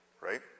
Right